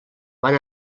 van